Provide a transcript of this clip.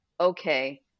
okay